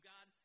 God